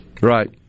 Right